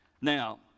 Now